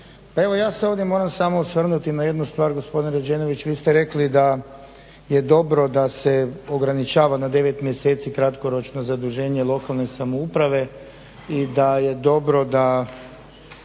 evo ja se ovdje moram samo osvrnuti na jednu stvar. Gospodine Rađenoviću, vi ste rekli da je dobro da se ograničava na 9 mjeseci kratkoročno zaduženje lokalne samouprave i da je dobro da